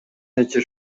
нече